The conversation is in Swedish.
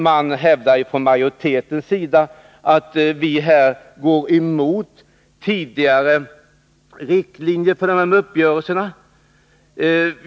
Man hävdar från majoritetens sida att vi här går emot tidigare riktlinjer och uppgörelser.